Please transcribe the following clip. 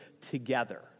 together